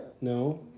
No